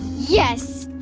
yes.